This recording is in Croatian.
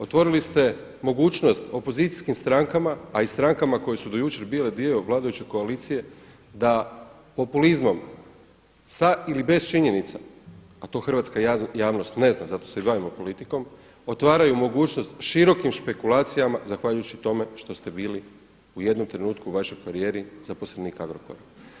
Otvorili ste mogućnost opozicijskim strankama a i strankama koje su do jučer bile dio vladajuće koalicije da populizmom sa ili bez činjenica, a to hrvatska javnost ne zna zato se i bavimo politikom otvaraju mogućnost širokim špekulacijama zahvaljujući tome što ste bili u jednom trenutku u vašoj karijeri zaposlenik Agrokora.